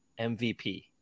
MVP